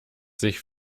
sich